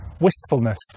wistfulness